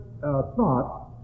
thought